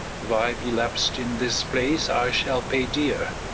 if i be lapsed in this place, i shall pay dear.